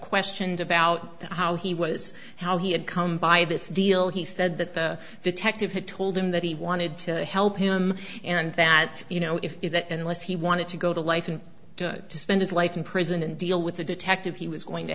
questioned about how he was how he had come by this deal he said that the detective had told him that he wanted to help him and that you know if that unless he wanted to go to life and to spend his life in prison and deal with the detectives he was going to